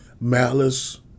Malice